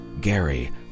Gary